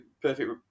perfect